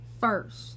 first